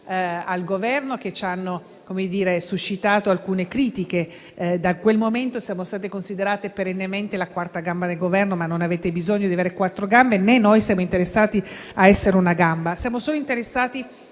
al Governo che le hanno suscitato alcune critiche. Da quel momento siamo stati considerati perennemente la quarta gamba del Governo, ma non avete bisogno di avere quattro gambe né noi siamo interessati a essere una gamba. Siamo interessati